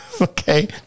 Okay